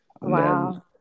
Wow